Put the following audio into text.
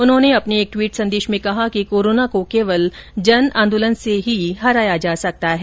उन्होंने अपने एक ट्वीट संदेश में कहा कि कोरोना को केवल जन आंदोलन से हराया जा सकता है